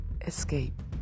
escape